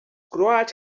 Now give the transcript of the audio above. croats